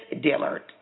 Dillard